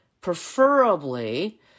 Preferably